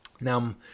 Now